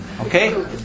Okay